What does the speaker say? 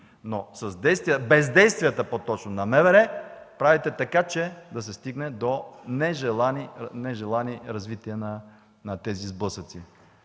С бездействията обаче на МВР правите така, че да се стигне до нежелани развития на тези сблъсъци.